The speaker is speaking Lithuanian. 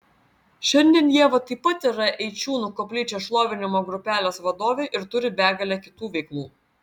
šiandien ieva taip pat yra eičiūnų koplyčios šlovinimo grupelės vadovė ir turi begalę kitų veiklų